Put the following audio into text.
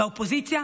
והאופוזיציה